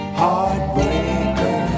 heartbreaker